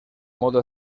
modo